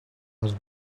was